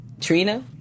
Trina